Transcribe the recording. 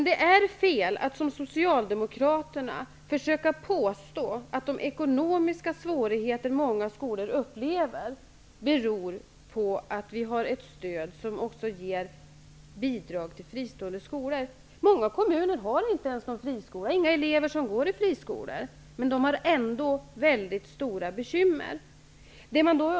Det är fel att som socialdemokraterna påstå att de ekonomiska svårigheterna i många skolor beror på att vi har ett stöd som också innebär bidrag till fristående skolor. Många kommuner har inte ens någon friskola, det finns inga elever som går i friskolor, men de har ändå väldigt stora bekymmer.